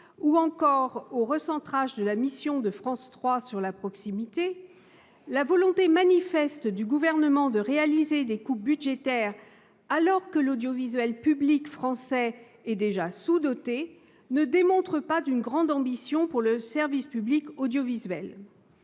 ou encore au recentrage de la mission de France 3 sur la proximité -, la volonté manifeste du Gouvernement de réaliser des coupes budgétaires alors que le service public audiovisuel français est déjà sous doté ne démontre pas une grande ambition pour celui-ci ...